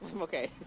okay